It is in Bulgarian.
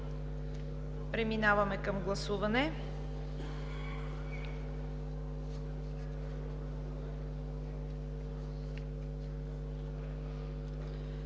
Пристъпваме към гласуване.